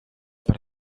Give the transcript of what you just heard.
para